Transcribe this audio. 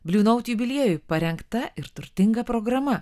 bliu naut jubiliejui parengta ir turtinga programa